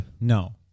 no